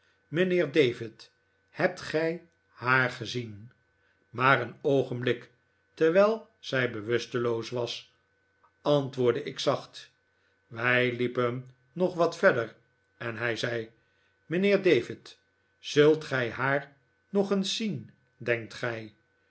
mijnheer david hebt gij haar gezien maar een oogenblik terwijl zij bewusteloos was antwoordde ik zacht wij liepen nog wat verder en hij zei mijnheer david zult gij haar nog eens zien denkt gij